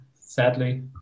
sadly